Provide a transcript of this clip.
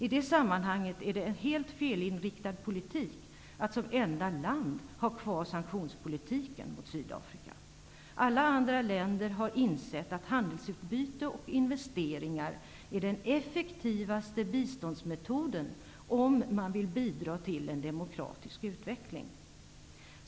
I det sammanhanget är det en helt felinriktad politik att som enda land ha kvar sanktionspolitiken mot Sydafrika. Alla andra länder har insett att handelsutbyte och investeringar är den effektivaste biståndsmetoden om man vill bidra till en demokratisk utveckling.